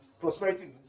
prosperity